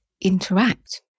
interact